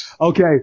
Okay